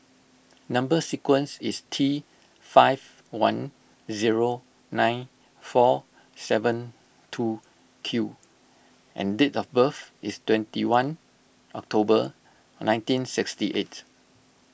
Number Sequence is T five one zero nine four seven two Q and date of birth is twenty one October nineteen sixty eight